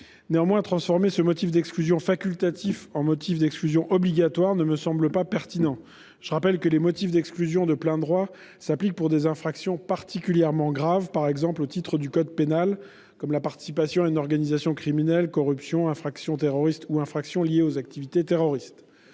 Sénat. Transformer ce motif d'exclusion facultatif en motif d'exclusion obligatoire ne me semble pas pertinent. Je rappelle que les motifs d'exclusion de plein droit s'appliquent pour des infractions particulièrement graves, par exemple au titre du code pénal- participation à une organisation criminelle, corruption, infraction terroriste ou infraction liée aux activités terroristes